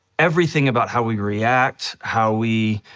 everything about how we react, how we